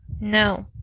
No